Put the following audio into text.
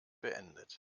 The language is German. beendet